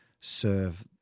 serve